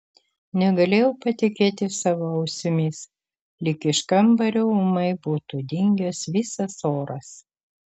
negalėjau patikėti savo ausimis lyg iš kambario ūmai būtų dingęs visas oras